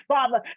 Father